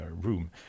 room